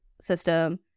system